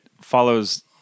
follows